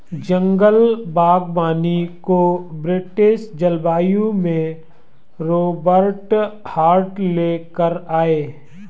जंगल बागवानी को ब्रिटिश जलवायु में रोबर्ट हार्ट ले कर आये